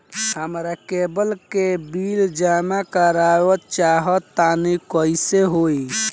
हमरा केबल के बिल जमा करावल चहा तनि कइसे होई?